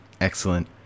Excellent